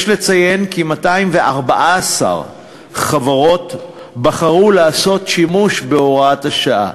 יש לציין כי 214 חברות בחרו לעשות שימוש בהוראת השעה.